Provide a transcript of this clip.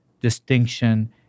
distinction